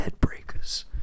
headbreakers